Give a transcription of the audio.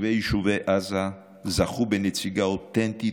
תושבי יישובי עזה זכו בנציגה אותנטית